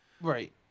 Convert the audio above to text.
Right